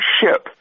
ship